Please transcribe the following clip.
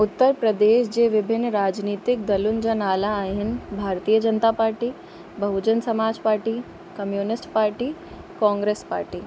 उत्तर प्रदेश जे विभिन्न राजनीतिक दलुनि जा नाला आहिनि Bharatiya Janata party Bahujan Samaj party communist party Congress party